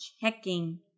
checking